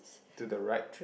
to the right